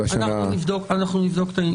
אנחנו נבדוק את זה.